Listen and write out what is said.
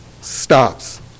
stops